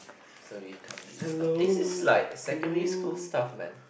so we can't really stop this is like secondary school stuff man